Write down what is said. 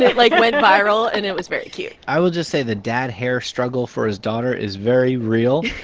like, went viral. and it was very cute i will just say the dad hair struggle for his daughter is very real.